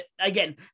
again